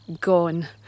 gone